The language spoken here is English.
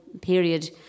period